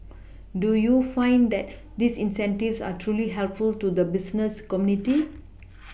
do you find that these incentives are truly helpful to the business community